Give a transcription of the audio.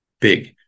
Big